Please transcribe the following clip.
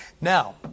Now